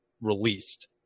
released